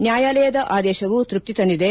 ನ್ಯಾಯಾಲಯದ ಆದೇಶವು ತೃಪ್ತಿತಂದಿದೆ